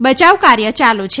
બચાવ કાર્ય ચાલુ છે